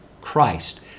Christ